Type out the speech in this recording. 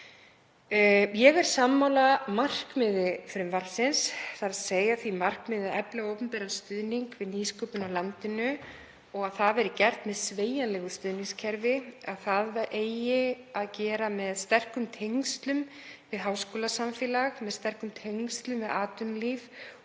Ég er sammála markmiði frumvarpsins, þ.e. því markmiði að efla opinberan stuðning við nýsköpun á landinu og að það verði gert með sveigjanlegu stuðningskerfi, að það eigi að gera með sterkum tengslum við háskólasamfélagið, með sterkum tengslum við atvinnulíf